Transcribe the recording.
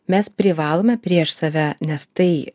mes privalome prieš save nes tai